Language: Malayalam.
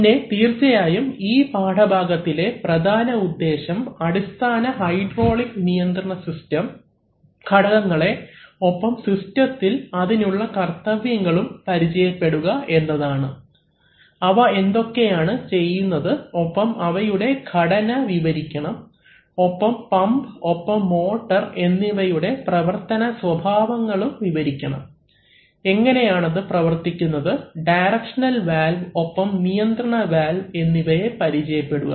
പിന്നെ തീർച്ചയായും ഈ പാഠഭാഗത്തിലെ പ്രധാന ഉദ്ദേശം അടിസ്ഥാന ഹൈഡ്രോളിക് നിയന്ത്രണ സിസ്റ്റം ഘടകങ്ങളെ ഒപ്പം സിസ്റ്റത്തിൽ അതിനുള്ള കർത്തവ്യങ്ങളും പരിചയപ്പെടുക എന്നതാണ് അവ എന്തൊക്കെയാണ് ചെയ്യുന്നത് ഒപ്പം അവയുടെ ഘടന വിവരിക്കണം ഒപ്പം പമ്പ് ഒപ്പം മോട്ടോർ എന്നിവയുടെ പ്രവർത്തന സ്വഭാവങ്ങളും വിവരിക്കണം എങ്ങനെയാണത് പ്രവർത്തിക്കുന്നത് ഡയറെക്ഷണൽ വാൽവ് ഒപ്പം നിയന്ത്രണ വാൽവ് എന്നിവയെ പരിചയപ്പെടുക